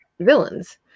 villains